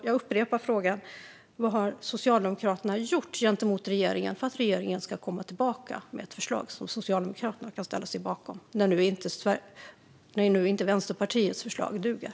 Jag upprepar frågan: Vad har Socialdemokraterna gjort gentemot regeringen för att regeringen ska komma tillbaka med ett förslag som Socialdemokraterna kan ställa sig bakom, när nu inte Vänsterpartiets förslag duger?